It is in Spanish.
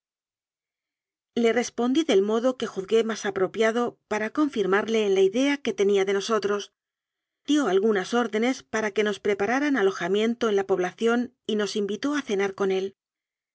le respondí del modo que juzgué más apropia do para confirmarle en la idea que tenía de nos otros dió algunas órdenes para que nos prepara ran alojamiento en la población y nos invitó a ce nar con él